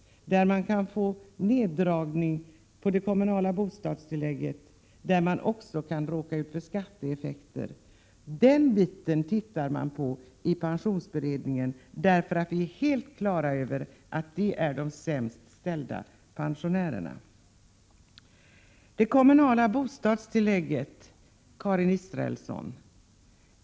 Dessa pensionärer kan få sitt kommunala bostadstillägg sänkt och de kan också råka ut för skatteeffekter. Den biten utreds nu i pensionsberedningen, därför att vi är helt klara över att dessa är de sämst ställda pensionärerna. Ni ville inte lagstadga om det kommunala bostadstillägget förra året, Karin Israelsson.